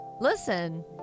listen